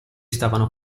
stavano